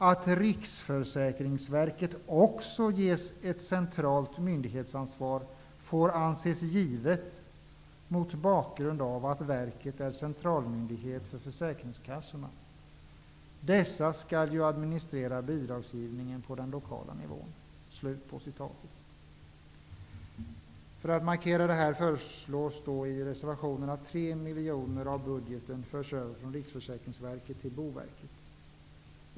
Att Riksförsäkringsverket också ges ett centralt myndighetsansvar får anses givet mot bakgrund av att verket är centralmyndighet för försäkringskassorna. Dessa skall ju administrera bidragsgivningen på den lokala nivån.'' För att markera detta föreslås i reservationen att tre miljoner av budgeten förs över från Riksförsäkringsverket till Boverket.